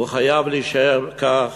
הוא חייב להישאר כך,